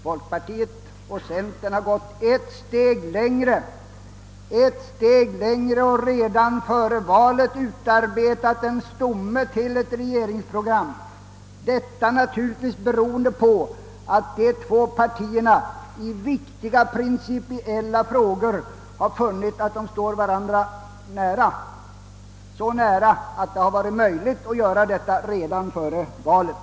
Folkpartiet och centern har gått ett steg längre och redan före valet utarbetat en stomme till ett regeringsprogram, detta naturligtvis beroende på att dessa två partier i viktiga principiella frågor har funnit att de står varandra nära — så nära att det har varit möjligt att komma överens redan före valet.